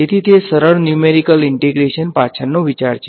તેથી તે સરળ ન્યુમેરીકલ ઈંટેગ્રેશન પાછળનો વિચાર છે